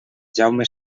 jaume